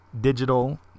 digital